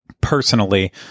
personally